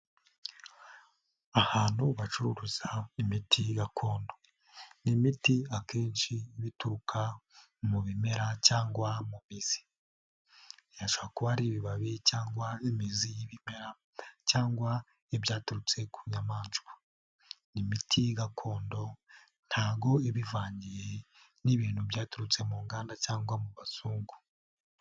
Ahantu bacuruza imiti gakondo ni imiti akenshi bituruka mu bimera cyangwa mu mizi yashakwa ari ibibabi cyangwa imizi y'ibimera cyangwa ibyaturutse ku nyamanswa ni imiti gakondo ntago iba ivangiye n'ibintu byaturutse mu nganda cyangwa mu bazungu.